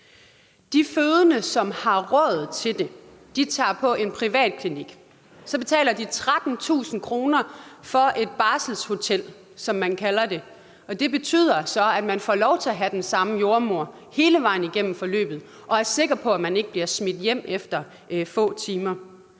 De fødende, som har råd til det, tager på en privatklinik, og så betaler de 13.000 kr. for et barselshotel, som man kalder det, og det betyder så, at de får lov til at have den samme jordemoder hele vejen gennem forløbet og er sikre på, at de ikke bliver smidt hjem efter få timer.